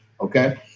Okay